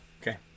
Okay